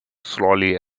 slowly